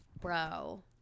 bro